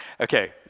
Okay